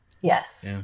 Yes